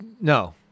No